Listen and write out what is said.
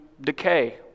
decay